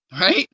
Right